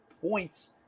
points